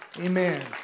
Amen